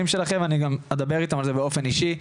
שלכם ואני גם אדבר איתם באופן אישי,